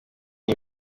iyi